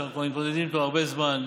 שאנחנו כבר מתמודדים איתו הרבה זמן,